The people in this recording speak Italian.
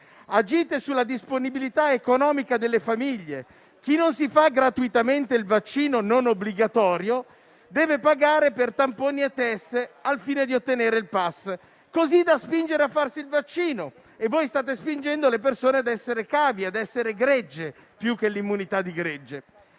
Agite sulla disponibilità economica delle famiglie. Chi non si fa gratuitamente il vaccino non obbligatorio deve pagare per tamponi e *test* al fine di ottenere il *pass*, così da spingere a farsi il vaccino. Voi state spingendo le persone a essere cavie e a essere gregge, più che l'immunità di gregge.